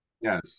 Yes